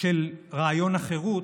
של רעיון החירות,